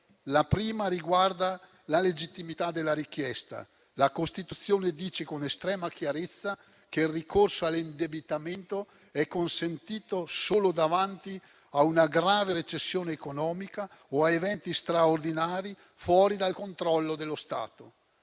La prima riguarda la legittimità della richiesta: la Costituzione dice con estrema chiarezza che il ricorso all'indebitamento è consentito solo davanti a una grave recessione economica o a eventi straordinari fuori dal controllo dello Stato.